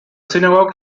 synagogue